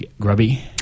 Grubby